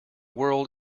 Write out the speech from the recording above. world